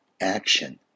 action